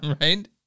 Right